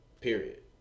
period